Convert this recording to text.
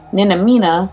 Ninamina